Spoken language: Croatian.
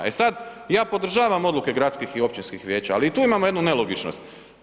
E sad, ja podržavam odluku gradskih i općinskih vijeća ali i tu imamo jednu nelogičnost.